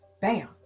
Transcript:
Bam